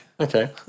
Okay